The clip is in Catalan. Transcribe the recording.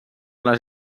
les